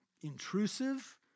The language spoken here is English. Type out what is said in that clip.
intrusive